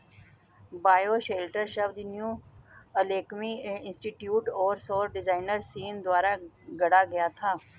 bioshelter शब्द New Alchemy Institute और सौर डिजाइनर सीन द्वारा गढ़ा गया था